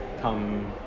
come